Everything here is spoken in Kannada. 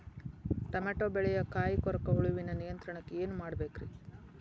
ಟಮಾಟೋ ಬೆಳೆಯ ಕಾಯಿ ಕೊರಕ ಹುಳುವಿನ ನಿಯಂತ್ರಣಕ್ಕ ಏನ್ ಮಾಡಬೇಕ್ರಿ?